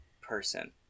person